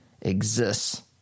exists